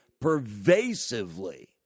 pervasively